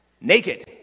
naked